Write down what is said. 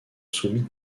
soumis